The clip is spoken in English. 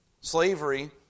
Slavery